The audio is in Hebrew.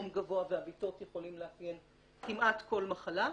חום גבוה ועוויתות יכולים לאפיין כמעט כל מחלה.